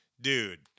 Dude